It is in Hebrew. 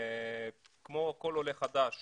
כמו כל עולה חדש